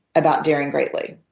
about daring greatly.